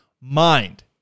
mind